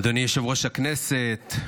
אדוני יושב-ראש הכנסת,